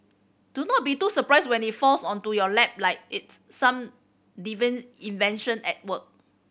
do not be too surprised when it falls onto your lap like it's some divine intervention at work